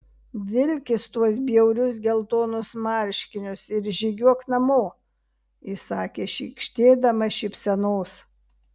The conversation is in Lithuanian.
vilkis tuos bjaurius geltonus marškinius ir žygiuok namo įsakė šykštėdama šypsenos